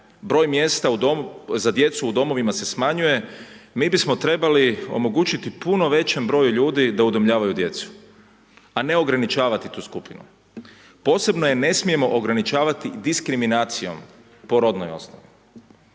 broj mjesta u dom za djecu u domovima se smanjuje, mi bismo trebali omogućiti puno većem broju ljudi da udomljavaju djecu, a ne ograničavati tu skupinu. Posebno je ne smijemo ograničavati diskriminacijom po rodnoj osnovi.